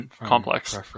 complex